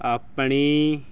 ਆਪਣੀ